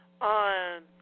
on